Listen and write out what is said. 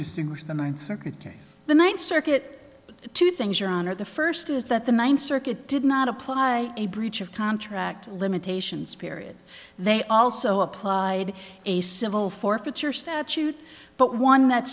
distinguish the ninth circuit case the ninth circuit two things your honor the first is that the ninth circuit did not apply a breach of contract limitations period they also applied a civil forfeiture statute but one that